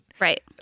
Right